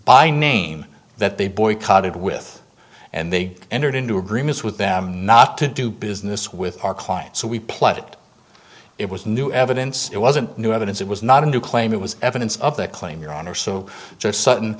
by name that they boycotted with and they entered into agreements with them not to do business with our clients so we played it it was new evidence it wasn't new evidence it was not a new claim it was evidence of the claim your honor so just sudden